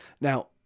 Now